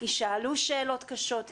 יישאלו שאלות קשות,